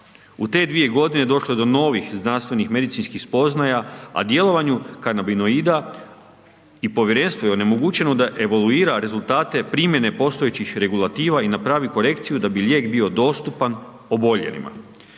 U te je 2 g. došlo do novih znanstvenih medicinskih spoznaja a djelovanju kanabinoida i povjerenstvu je onemogućeno da evoluira rezultate primjene postojećih regulativa i napravi korekciju da bi lijek bio dostupan oboljelima.